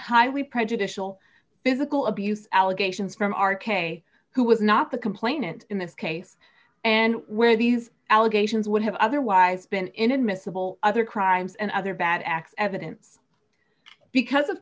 highly prejudicial physical abuse allegations from r k who was not the complainant in this case and where these allegations would have otherwise been inadmissible other crimes and other bad acts evidence because of